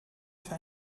für